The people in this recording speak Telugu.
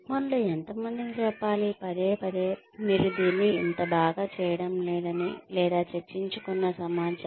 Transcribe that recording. మనలో ఎంతమందికి చెప్పాలి పదే పదే మీరు దీన్ని ఇంత బాగా చేయడం లేదని లేదా చర్చించుకున్న సమాచారం